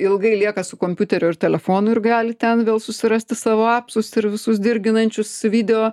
ilgai lieka su kompiuteriu ar telefonu ir gali ten vėl susirasti savo apsus ir visus dirginančius video